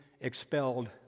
expelled